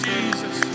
Jesus